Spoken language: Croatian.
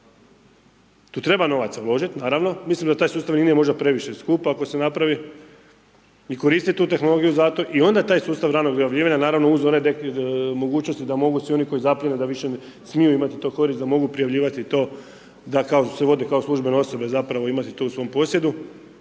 Tu treba novaca uložit, naravno, mislim da taj sustav nije možda previše i skup ako se napravi i koristit tu tehnologiju zato i onda taj sustav ranog objavljivanja naravno uz one mogućnosti da mogu svi oni koji zapljene, da više smiju imati tu korist, da mogu prijavljivati to da kao se vodi kao službene osobe zapravo imati to su svom posjedu